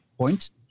point